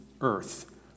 earth